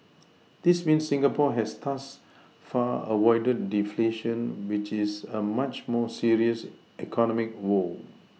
this means Singapore has thus far avoided deflation which is a much more serious economic woe